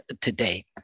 today